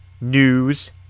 News